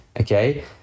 Okay